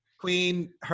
queen